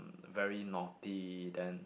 very naughty then